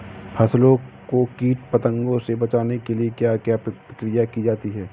फसलों को कीट पतंगों से बचाने के लिए क्या क्या प्रकिर्या की जाती है?